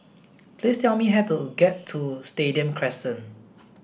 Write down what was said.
please tell me how to get to Stadium Crescent